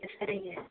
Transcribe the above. சரிங்க